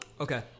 okay